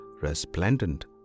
resplendent